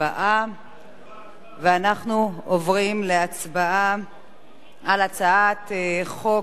על הצעת חוק-יסוד: השבות,